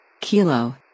Kilo